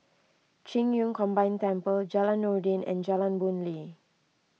Qing Yun Combined Temple Jalan Noordin and Jalan Boon Lay